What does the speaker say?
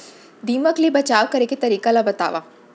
दीमक ले बचाव करे के तरीका ला बतावव?